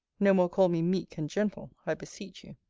no more call me meek and gentle, i beseech you.